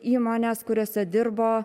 įmonės kuriose dirbo